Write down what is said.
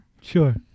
Sure